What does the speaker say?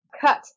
Cut